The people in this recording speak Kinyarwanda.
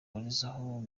bahurizaho